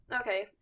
Okay